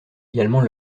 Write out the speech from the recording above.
également